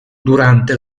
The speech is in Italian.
durante